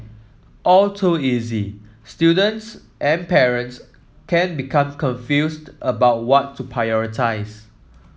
all too easy students and parents can become confused about what to prioritise